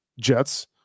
Jets